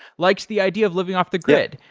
likes the idea of living off the grid.